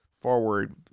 forward